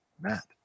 Matt